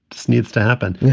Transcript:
this needs to happen.